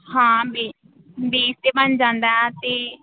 ਹਾਂ ਵੀ ਬੇਸ ਤਾਂ ਬਣ ਜਾਂਦਾ ਅਤੇ